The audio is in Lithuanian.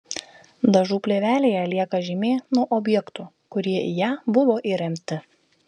dažų plėvelėje lieka žymė nuo objektų kurie į ją buvo įremti